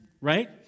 right